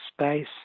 space